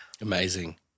Amazing